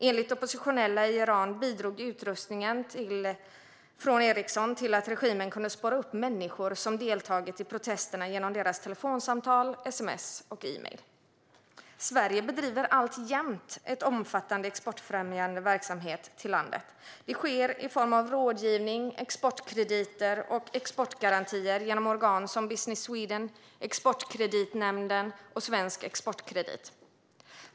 Enligt oppositionella i Iran bidrog utrustningen från Ericsson till att regimen kunde spåra upp människor som deltagit i protesterna genom deras telefonsamtal, sms och mejl. Sverige bedriver alltjämt en omfattande verksamhet för att främja export till landet. Det sker i form av rådgivning, exportkrediter och exportgarantier genom organ som Business Sweden, Exportkreditnämnden och Svensk Exportkredit.